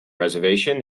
reservation